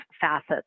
facets